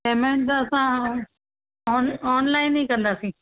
payment त असां on online ई कंदासीं